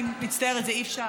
אני מצטערת, אי-אפשר.